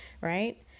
right